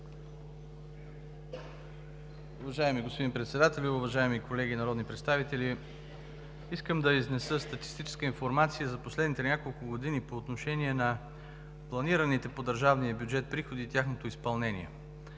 Уважаеми господин Председателю, уважаеми колеги народни представители! Искам да изнеса статистическа информация за последните няколко години по отношение на планираните по държавния бюджет приходи и тяхното изпълнение.